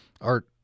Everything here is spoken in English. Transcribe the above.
Art